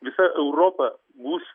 visa europa bus